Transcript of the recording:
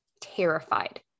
terrified